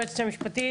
היועצת המשפטית,